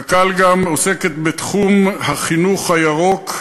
קק"ל גם עוסקת בתחום "החינוך הירוק"